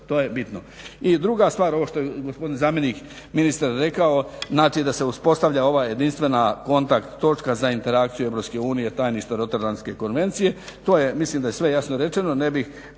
To je bitno. I druga stvar, ovo što je gospodin zamjenik ministra rekao znači da se uspostavlja ova jedinstvena kontakt točka za interakciju Europske unije tajništva Roterdamske konvencije. To je, mislim da je sve jasno rečeno,